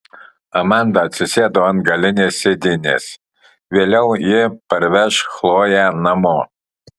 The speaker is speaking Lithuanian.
amanda atsisėdo ant galinės sėdynės vėliau ji parveš chloję namo